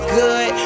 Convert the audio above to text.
good